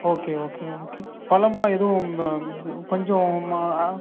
okay okay okay பழம்ளா எதுவும் ம கொஞ்சமா